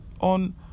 on